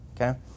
okay